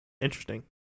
Interesting